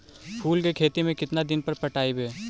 फूल के खेती में केतना दिन पर पटइबै?